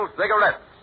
cigarettes